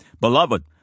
Beloved